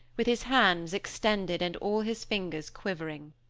with his hands extended and all his fingers quivering.